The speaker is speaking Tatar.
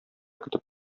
көтеп